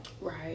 right